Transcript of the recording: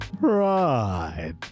Right